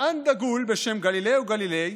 מדען דגול בשם גלילאו גליליי